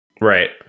Right